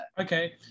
Okay